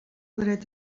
dret